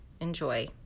Enjoy